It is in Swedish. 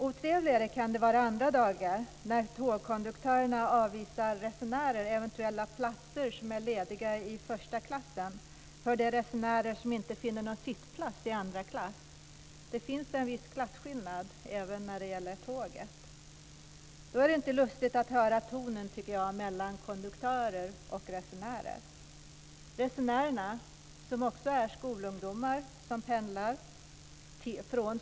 Otrevligare kan det vara andra dagar när tågkonduktörerna avvisar resenärer från eventuella lediga platser i första klass, resenärer som inte finner någon sittplats i andra klass. Det finns en viss klasskillnad även när det gäller tåg. Då är det inte lustigt att höra tonen mellan konduktörer och resenärer, tycker jag.